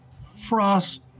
frost